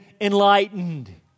enlightened